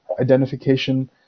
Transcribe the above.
identification